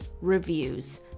reviews